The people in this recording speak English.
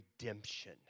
redemption